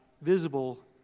visible